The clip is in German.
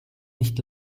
nicht